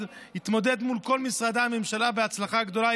והתמודד מול כל משרדי הממשלה בהצלחה גדולה.